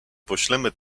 poślemy